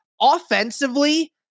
offensively